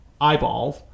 eyeballs